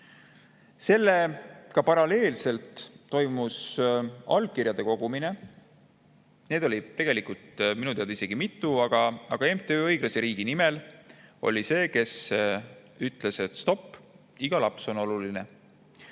Sellega paralleelselt toimus allkirjade kogumine. Neid [kogujaid] oli minu teada isegi mitu, aga MTÜ Õiglase Riigi Nimel oli see, kes ütles, et stopp, iga laps on oluline.